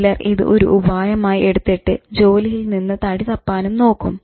ചിലർ ഇത് ഒരു ഉപായം ആയി എടുത്തിട്ട് ജോലിയിൽ നിന്നും തടി തപ്പാനും നോക്കും